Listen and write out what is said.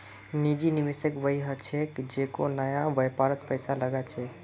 निजी निवेशक वई ह छेक जेको नया व्यापारत पैसा लगा छेक